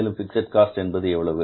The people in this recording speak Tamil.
மேலும் பிக்ஸட் காஸ்ட் என்பது எவ்வளவு